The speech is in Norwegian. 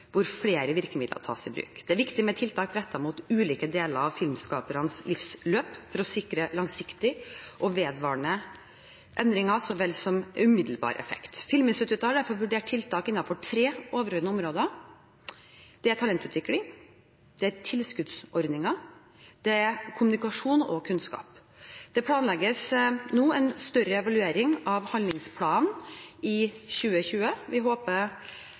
hvor flere virkemidler tas i bruk. Det er viktig med tiltak rettet mot ulike deler av filmskaperes livsløp for å sikre langsiktige og vedvarende endringer så vel som en umiddelbar effekt. Filminstituttet har derfor vurdert tiltak innenfor tre overordnede områder: 1) talentutvikling, 2) tilskuddsordninger og 3) kommunikasjon og kunnskap. Det planlegges nå en større evaluering av handlingsplanen i 2020. Vi håper